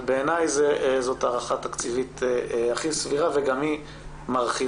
בעיני זו ההערכה התקציבית הכי סבירה וגם היא מרחיבה.